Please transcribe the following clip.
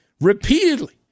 repeatedly